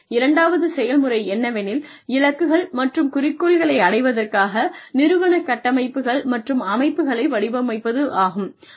இரண்டாவது செயல்முறை என்னவெனில் இலக்குகள் மற்றும் குறிக்கோள்களை அடைவதற்காக நிறுவன கட்டமைப்புகள் மற்றும் அமைப்புகளை வடிவமைப்பதாகும்